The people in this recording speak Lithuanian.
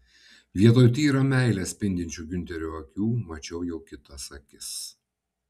vietoj tyra meile spindinčių giunterio akių mačiau jau kitas akis